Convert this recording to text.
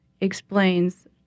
explains